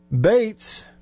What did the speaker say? Bates